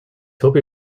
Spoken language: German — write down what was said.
hobby